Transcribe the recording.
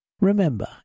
Remember